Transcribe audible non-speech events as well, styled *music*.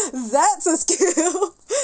that's a skill *laughs*